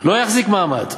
לא יחזיק מעמד.